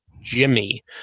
jimmy